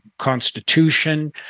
Constitution